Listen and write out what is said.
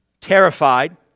Terrified